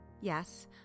Yes